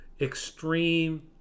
extreme